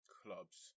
clubs